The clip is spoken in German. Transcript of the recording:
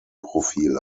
profil